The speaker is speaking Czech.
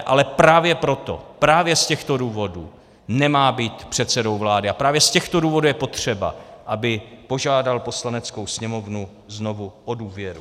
Ale právě proto, právě z těchto důvodů nemá být předsedou vlády a právě z těchto důvodů je potřeba, aby požádal Poslaneckou sněmovnu znovu o důvěru.